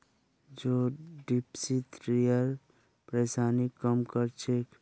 जौ डिप्थिरियार परेशानीक कम कर छेक